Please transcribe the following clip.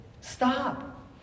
Stop